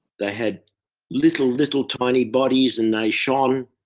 they had little, little tiny bodies and they shone.